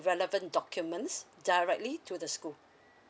relavant documents directly to the school